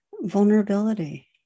vulnerability